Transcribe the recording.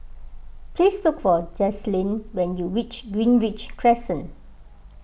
please look for Jaylyn when you reach Greenridge Crescent